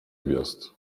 gwiazd